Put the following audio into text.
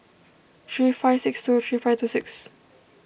three five six two three five two six